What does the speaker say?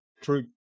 true